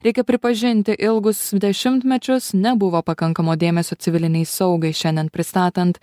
reikia pripažinti ilgus dešimtmečius nebuvo pakankamo dėmesio civilinei saugai šiandien pristatant